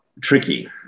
tricky